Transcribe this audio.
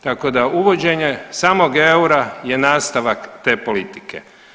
Tako da uvođenje samog eura je nastavak te politike.